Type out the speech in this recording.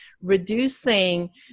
reducing